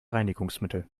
reinigungsmittel